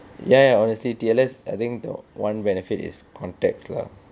ya ya honestly T_L_S I think the one benefit is context lah